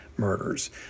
murders